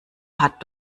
hat